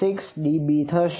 26 dB થશે